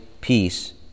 peace